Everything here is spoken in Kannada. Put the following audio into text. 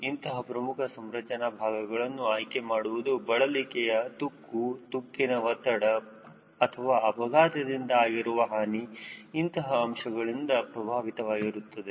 ಇಂತಹ ಪ್ರಮುಖ ಸಂರಚನಾ ಭಾಗಗಳನ್ನು ಆಯ್ಕೆ ಮಾಡುವುದು ಬಳಲಿಕೆಯ ತುಕ್ಕು ತುಕ್ಕಿನ ಒತ್ತಡ ಅಥವಾ ಅಪಘಾತದಿಂದ ಆಗಿರುವ ಹಾನಿ ಇಂತಹ ಅಂಶಗಳಿಂದ ಪ್ರಭಾವಿತವಾಗಿರುತ್ತದೆ